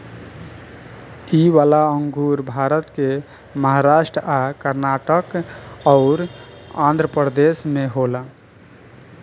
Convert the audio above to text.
इ वाला अंगूर भारत के महाराष्ट् आ कर्नाटक अउर आँध्रप्रदेश में होला